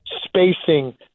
spacing